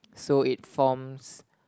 so it forms